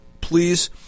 please